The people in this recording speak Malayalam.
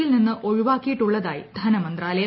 യിൽ നിന്ന് ഒഴിവാക്കിയിട്ടുള്ളതായി ധനമന്ത്രാലയം